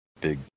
big